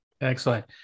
Excellent